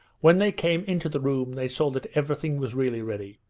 when they came into the room they saw that everything was really ready.